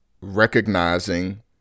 recognizing